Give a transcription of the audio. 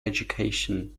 education